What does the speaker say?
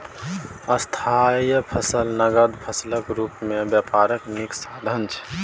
स्थायी फसल नगद फसलक रुप मे बेपारक नीक साधन छै